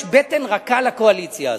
יש בטן רכה לקואליציה הזאת.